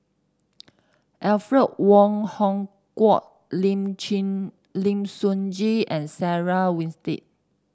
Alfred Wong Hong Kwok Lim Lim Sun Gee and Sarah Winstedt